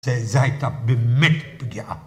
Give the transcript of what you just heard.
זה זה הייתה באמת פגיעה.